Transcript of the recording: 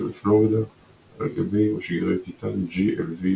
שבפלורידה על גבי משגרי טיטן 2-GLV